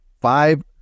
five